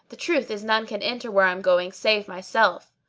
the truth is none can enter where i am going save myself.